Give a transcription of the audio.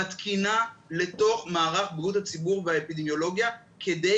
בתקינה לתוך מערך בריאות הציבור והאפידמיולוגיה כדי